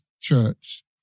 church